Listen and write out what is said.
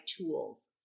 tools